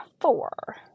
four